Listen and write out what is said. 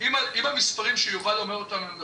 אם המספרים שיובל אומר אותם הם נכונים,